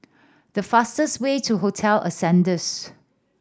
the fastest way to Hotel Ascendere